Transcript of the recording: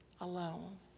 alone